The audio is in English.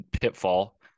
pitfall